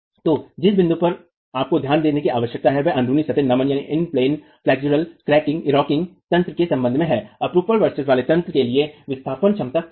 तो जिस बिंदु पर आपको ध्यान देने की आवश्यकता है वह अन्ध्रुनी सतह नमन कठोररॉकिंग तंत्र के संबंध में है अपरूपण वर्चस्व वाले तंत्र के लिए विस्थापन क्षमता कम है